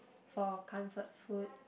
for a comfort food